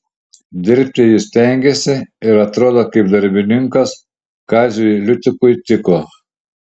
dirbti jis stengėsi ir atrodo kaip darbininkas kaziui liutikui tiko